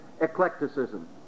eclecticism